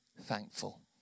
thankful